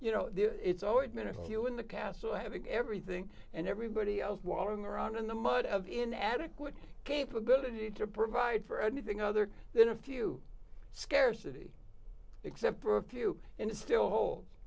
you know it's always been a queue in the castle having everything and everybody else wallowing around in the mud of inadequate capability to provide for anything other than a few scarcity except for a few and it still hol